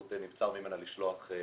נבצר מהנציבות לשלוח מישהו אחר.